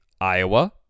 Iowa